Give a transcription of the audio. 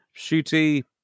Shooty